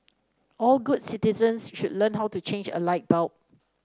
all good citizens should learn how to change a light bulb